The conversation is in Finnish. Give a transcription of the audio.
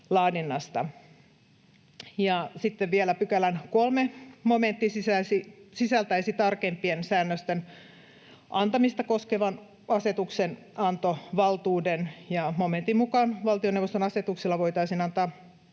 Sitten vielä pykälän 3 momentti sisältäisi tarkempien säännösten antamista koskevan asetuksenantovaltuuden. Momentin mukaan valtioneuvoston asetuksella voitaisiin antaa